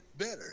better